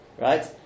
right